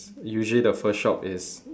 usually the first shop is